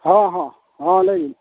ᱦᱚᱸ ᱦᱚᱸ ᱦᱚᱸ ᱞᱟᱹᱭᱵᱤᱱ